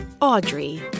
Audrey